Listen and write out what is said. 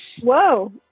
Whoa